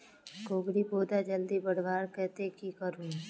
कोबीर पौधा जल्दी बढ़वार केते की करूम?